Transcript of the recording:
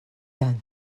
dan